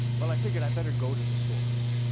well i figured i'd better go to the source.